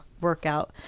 workout